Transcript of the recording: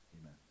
Amen